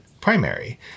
primary